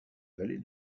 vallée